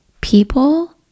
People